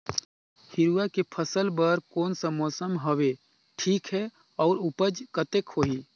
हिरवा के फसल बर कोन सा मौसम हवे ठीक हे अउर ऊपज कतेक होही?